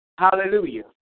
Hallelujah